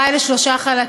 שטרן.